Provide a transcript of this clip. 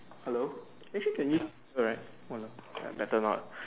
hello actually can use speaker right wa~ better not